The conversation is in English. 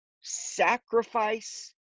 sacrifice